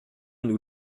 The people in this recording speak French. nous